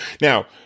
Now